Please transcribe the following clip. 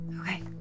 Okay